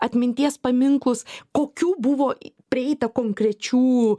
atminties paminklus kokių buvo prieita konkrečių